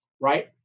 right